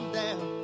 down